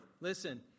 listen